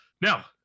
Now